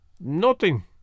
Nothing